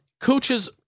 coaches